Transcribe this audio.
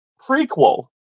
prequel